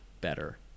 better